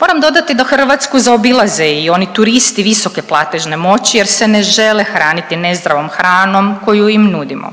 Moram dodati da Hrvatsku zaobilaze i oni turisti visoke platežne moći jer se ne žele hraniti nezdravom hranom koju im nudimo.